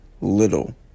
little